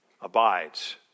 abides